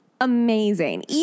amazing